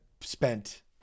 spent